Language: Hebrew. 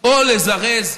או לזרז,